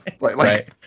Right